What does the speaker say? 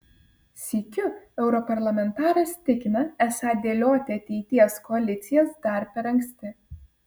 sykiu europarlamentaras tikina esą dėlioti ateities koalicijas dar per anksti